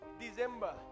December